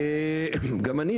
גם אני,